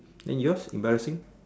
then yours embarrassing